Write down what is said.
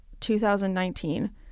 2019